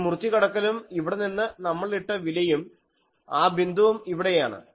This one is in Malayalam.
ഈ മുറിച്ചു കടക്കലും ഇവിടെനിന്ന് നമ്മൾ ഇട്ട വിലയും ആ ബിന്ദുവും ഇവിടെയാണ്